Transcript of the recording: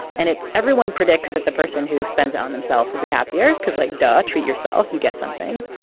and it's everyone predicts that the person who spends it on themselves will be happier. because like da treat yourself you get something.